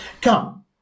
Come